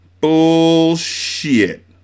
Bullshit